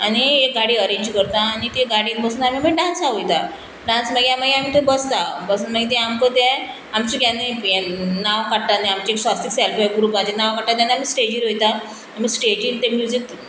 आनी एक गाडी अरेंज करता आनी ते गाडयेंत बसून आमी मागीर डांसा वयता डांस मागी मागीर आमी थंय बसता बसून मागीर तें आमकां तें आमचें केन्ना नांव काडटा न्ही आमचे स्वास्थीक सेल्फ हेल्प ग्रुपाचें नांव काडटा तेन्ना आमी स्टेजीर वयता आमी स्टेजीर तें म्युजीक